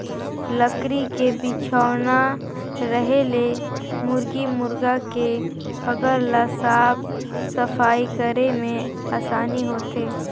लकरी के बिछौना रहें ले मुरगी मुरगा के हगल ल साफ सफई करे में आसानी होथे